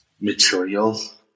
materials